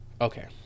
okay